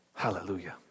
Hallelujah